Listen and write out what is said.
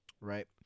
right